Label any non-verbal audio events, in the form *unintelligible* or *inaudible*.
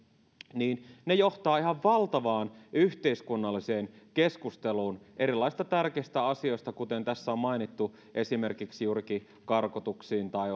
johtavat ihan valtavaan yhteiskunnalliseen keskusteluun erilaisista tärkeistä asioista kuten tässä on mainittu ollaan puhuttu esimerkiksi juurikin karkotuksista tai *unintelligible*